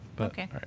Okay